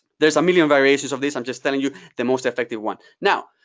there's a million variations of this. i'm just telling you the most effective one. now